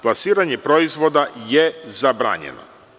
Plasiranje proizvoda je zabranjeno.